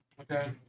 Okay